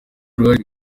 ruhande